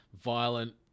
violent